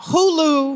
Hulu